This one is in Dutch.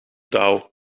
dauw